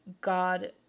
God